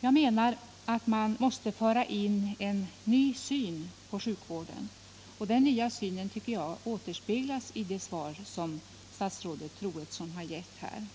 Jag anser att man måste föra in en ny syn på sjukvården, och den nya synen tycker jag återspeglas i statsrådet Troedssons svar.